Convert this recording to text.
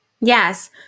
Yes